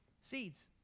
seeds